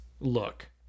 look